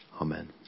Amen